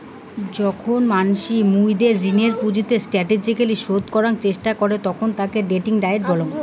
যখন মানসি মুইদের ঋণের পুঁজিকে স্টাটেজিক্যলী শোধ করাং চেষ্টা করে তখন তাকে ডেট ডায়েট বলাঙ্গ